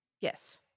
Yes